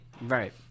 Right